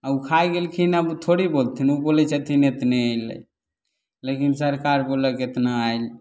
आ ओ खाए गेलखिन आब ओ थोड़े बोलथिन ओ बोलै छथिन एतने ऐलै लेकिन सरकार बोललक एतना आएल